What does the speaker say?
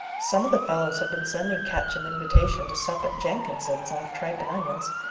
some of the fellows have been sending ketch an invitation to sup at jenkins's off tripe and onions,